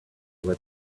where